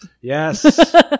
Yes